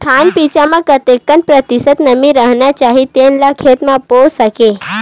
धान बीज म कतेक प्रतिशत नमी रहना चाही जेन ला खेत म बो सके?